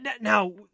now